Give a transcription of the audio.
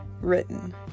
written